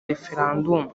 referandumu